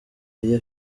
iyo